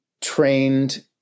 trained